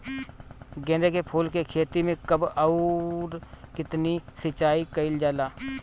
गेदे के फूल के खेती मे कब अउर कितनी सिचाई कइल जाला?